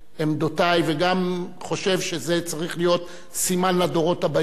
עמדותי וגם חושב שזה צריך להיות סימן לדורות הבאים: